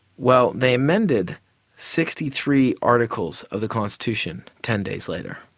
well, they amended sixty three articles of the constitution ten days later.